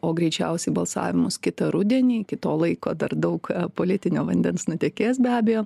o greičiausiai balsavimus kitą rudenį iki to laiko dar daug politinio vandens nutekės be abejo